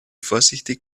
vorsichtig